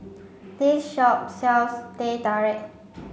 this shop sells Teh Tarik